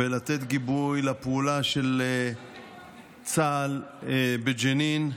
ולתת גיבוי לפעולה של צה"ל בג'נין.